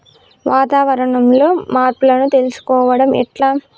వాతావరణంలో మార్పులను తెలుసుకోవడం ఎట్ల?